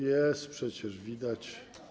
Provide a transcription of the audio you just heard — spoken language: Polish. Jest, przecież widać.